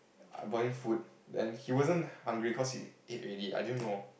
I bought him food then he wasn't hungry cause he ate already I didn't know